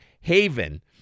Haven